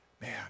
man